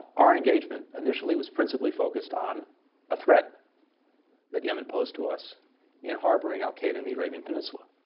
our engagement initially was principally focused on a threat that yemen posed to us in harboring al-qaeda in the arabian peninsula.